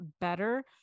better